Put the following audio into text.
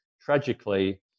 tragically